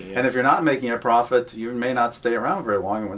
and if you're not making a profit you and may not stay around very long. and,